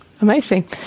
Amazing